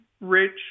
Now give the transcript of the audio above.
rich